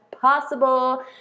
possible